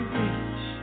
reach